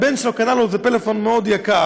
הבן שלו קנה לו איזה פלאפון מאוד יקר,